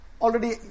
already